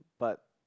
but